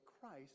Christ